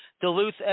Duluth